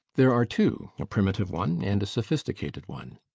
there are two a primitive one and a sophisticated one.